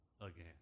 again